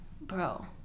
Bro